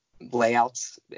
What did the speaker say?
layouts